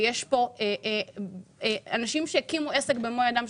יש פה אנשים שהקימו עסקים במו ידיהם,